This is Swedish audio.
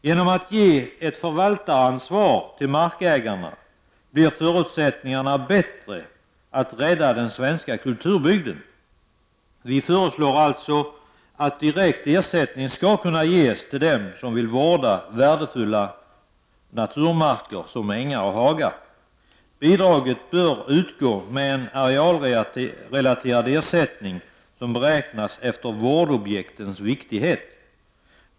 Genom att markägarna ges ett förvaltaransvar blir förutsättningarna bättre för att den svenska kulturbygden skall räddas. Vi föreslår att direkt ersättning skall kunna ges till dem som vill vårda värdefulla naturmarker såsom ängar och hagar. Bidraget bör utgå med en arealrelaterad ersättning som beräknas efter vårdobjektens viktighet.